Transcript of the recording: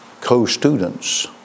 co-students